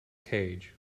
cage